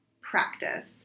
practice